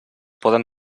poden